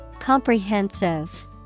Comprehensive